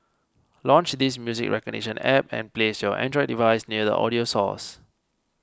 launch this music recognition App and place your Android device near the audio source